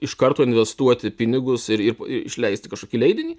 iš karto investuoti pinigus ir ir išleisti kažkokį leidinį